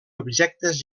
objectes